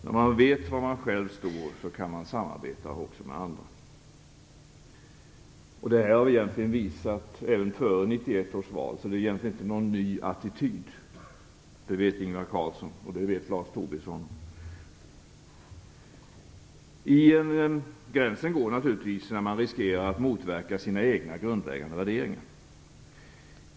När man vet var man själv står, kan man också samarbeta med andra. Det här har vi visat även före 1991 års val, så det är egentligen inte någon ny attityd. Det vet Ingvar Carlsson och Lars Tobisson. Gränsen går naturligtvis när man riskerar att motverka sina egna grundläggande värderingar.